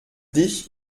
dich